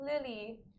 Lily